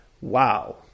Wow